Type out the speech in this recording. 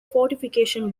fortification